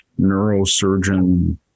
neurosurgeon